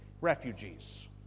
Refugees